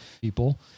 People